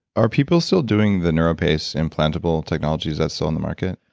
are people still doing the neuropace implantable technology? is that still on the market?